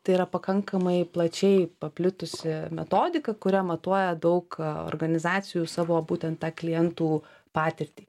tai yra pakankamai plačiai paplitusi metodika kuria matuoja daug organizacijų savo būtent tą klientų patirtį